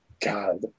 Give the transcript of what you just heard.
God